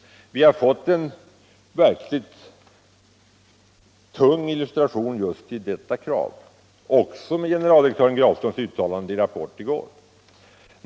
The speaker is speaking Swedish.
Vi har fått en tung illustration även till detta krav med generaldirektör Grafströms uttalande i Rapport i går.